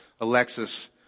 Alexis